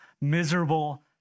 miserable